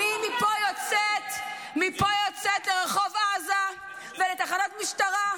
----- אני מפה יוצאת לרחוב עזה ולתחנת המשטרה,